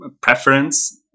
preference